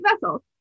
vessel